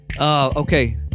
Okay